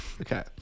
Okay